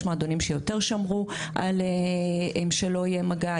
יש מועדונים שיותר שמרו שלא יהיה מגע.